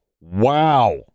wow